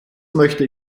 möchte